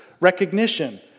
recognition